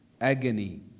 agony